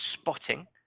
spotting